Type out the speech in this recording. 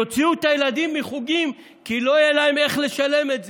יוציאו את הילדים מחוגים כי לא יהיה להם איך לשלם את זה.